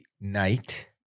night